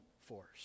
force